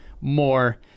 more